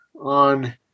on